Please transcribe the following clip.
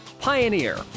Pioneer